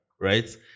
right